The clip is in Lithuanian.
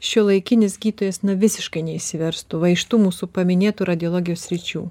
šiuolaikinis gydytojas na visiškai neišsiverstų va iš tų mūsų paminėtų radiologijos sričių